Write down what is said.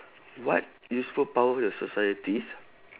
what useful power your societies